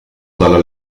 dalla